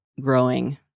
growing